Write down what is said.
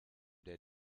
der